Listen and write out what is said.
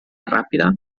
ràpida